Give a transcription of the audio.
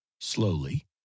slowly